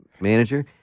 manager